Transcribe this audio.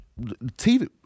TV